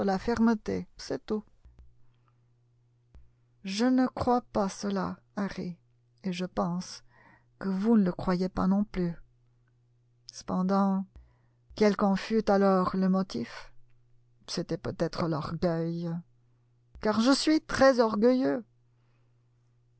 la fermeté c'est tout je ne crois pas cela harry et je pense que vous ne le croyez pas non plus cependant quel qu'en fût alors le motif c'était peut-être l'orgueil car je suis très orgueilleux